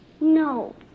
No